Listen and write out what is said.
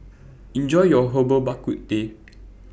Enjoy your Herbal Bak Ku Teh